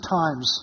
times